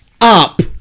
up